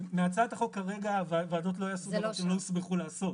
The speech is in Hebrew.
מהצעת החוק כרגע הוועדות לא יעשו כי הן לא הוסמכו לעשות.